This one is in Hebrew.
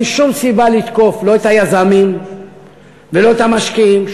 אין שום סיבה לתקוף לא את היזמים ולא את המשקיעים.